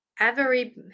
Avery